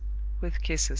with kisses.